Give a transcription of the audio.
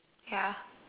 ya